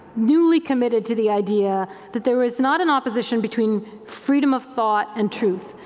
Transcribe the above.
newly committed to the idea, that there was not an opposition between freedom of thought and truth.